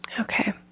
Okay